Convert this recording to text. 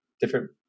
different